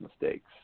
mistakes